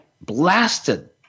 blasted